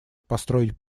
построить